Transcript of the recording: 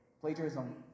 Plagiarism